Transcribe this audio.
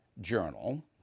Journal